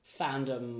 fandom